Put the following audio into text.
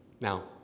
Now